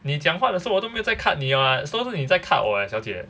你讲话的时候我都没有在 cut 你 [what] so 是你在 cut 我 leh 小姐